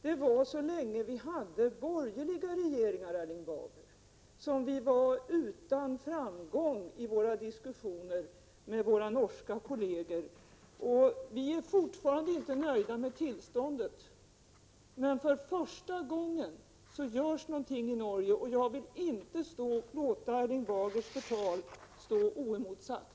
Så länge regeringarna i Norge var borgerliga, Erling Bager, var vi utan framgång i våra diskussioner med våra norska kolleger. Vi är fortfarande inte nöjda med situationen, men för första gången görs någonting i Norge. Jag vill inte låta Erling Bagers förtal stå oemotsagt.